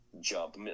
jump